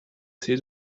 see